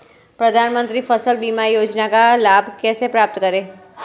प्रधानमंत्री फसल बीमा योजना का लाभ कैसे प्राप्त करें?